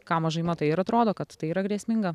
ką mažai matai ir atrodo kad tai yra grėsminga